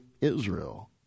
israel